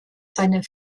seiner